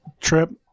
trip